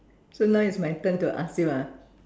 so now is my turn to ask you ah